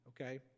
Okay